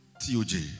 T-O-J